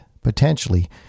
potentially